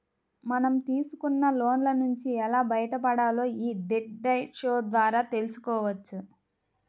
మనం తీసుకున్న లోన్ల నుంచి ఎలా బయటపడాలో యీ డెట్ డైట్ షో ద్వారా తెల్సుకోవచ్చు